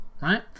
right